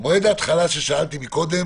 מועד ההתחלה ששאלתי מקודם